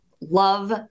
love